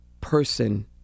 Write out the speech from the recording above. person